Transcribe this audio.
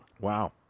Wow